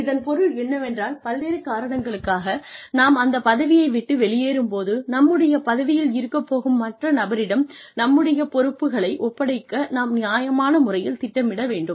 இதன் பொருள் என்னவென்றால் பல்வேறு காரணங்களுக்காக நாம் அந்த பதவியை விட்டு வெளியேறும்போது நம்முடைய பதவியில் இருக்கப் போகும் மற்ற நபரிடம் நம்முடைய பொறுப்புகளை ஒப்படைக்க நாம் நியாயமான முறையில் திட்டமிட வேண்டும்